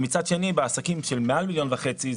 מצד שני בעסקים שהם מעל מיליון וחצי,